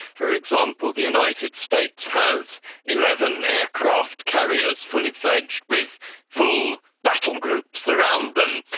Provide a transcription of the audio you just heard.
for example, the united states has eleven aircraft carriers, fully fledged with full battle groups around them.